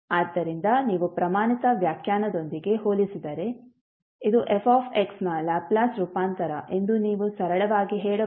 ಆದ್ದರಿಂದ ನೀವು ಪ್ರಮಾಣಿತ ವ್ಯಾಖ್ಯಾನದೊಂದಿಗೆ ಹೋಲಿಸಿದರೆ ಇದು fxನ ಲ್ಯಾಪ್ಲೇಸ್ ರೂಪಾಂತರ ಎಂದು ನೀವು ಸರಳವಾಗಿ ಹೇಳಬಹುದು